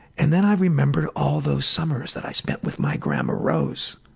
and then i remembered all those summers that i spent with my grandma rose.